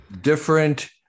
different